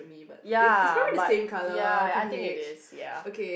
ya but ya I think it is ya